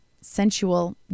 sensual